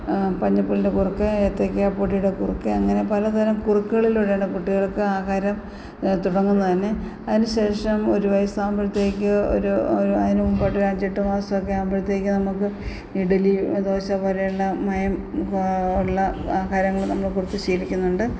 പഞ്ഞപ്പുല്ലിൻ്റെ കുറുക്ക് ഏത്തക്ക പൊടിയുടെ കുറുക്ക് അങ്ങനെ പലതരം കുറുക്കുകളിലൂടെയാണ് കുട്ടികൾക്ക് ആഹാരം തുടങ്ങുന്നത് തന്നെ അതിന് ശേഷം ഒരു വയസ്സാകുമ്പോഴത്തേക്ക് ഒരു അതിന് മുൻപായിട്ട് ഒരഞ്ചെട്ട് മാസമൊക്കെ ആകുമ്പോഴത്തേക്ക് നമുക്ക് ഇഡലി ദോശ പോലെ ഉള്ള മയം ഉള്ള ആഹാരങ്ങള് നമ്മള് കൊടുത്ത് ശീലിക്കുന്നുണ്ട്